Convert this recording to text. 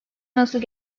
nasıl